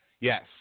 Yes